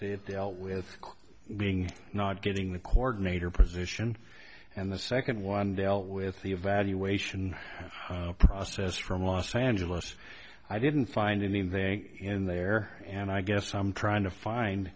have dealt with being not getting the court made her position and the second one dealt with the evaluation process from los angeles i didn't find anything in there and i guess i'm trying to find